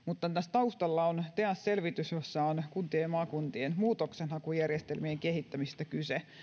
taustalla on teas selvitys jossa on kuntien ja maakuntien muutoksenhakujärjestelmien kehittämisestä kyse ja